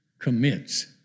commits